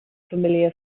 familiar